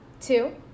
Two